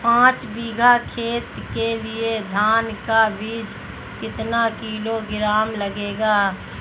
पाँच बीघा खेत के लिये धान का बीज कितना किलोग्राम लगेगा?